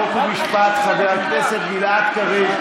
חוק ומשפט חבר הכנסת גלעד קריב,